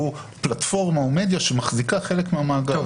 הוא פלטפורמה או מדיה שמחזיקה חלק מהמאגר,